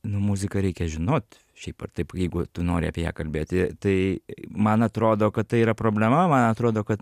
nu muziką reikia žinot šiaip ar taip jeigu tu nori apie ją kalbėti tai man atrodo kad tai yra problema man atrodo kad